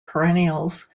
perennials